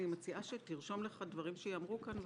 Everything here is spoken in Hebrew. אני מציעה שתרשום לך דברים שייאמרו כאן,